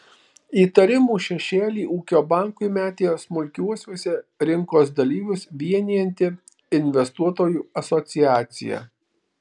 įtarimų šešėlį ūkio bankui metė smulkiuosiuose rinkos dalyvius vienijanti investuotojų asociacija